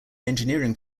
engineering